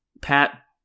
Pat